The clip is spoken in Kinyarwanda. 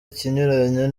ikinyuranyo